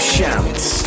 Shouts